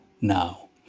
now